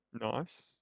Nice